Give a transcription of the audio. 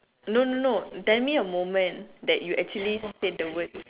no no no tell me a moment that you actually said the words